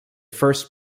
first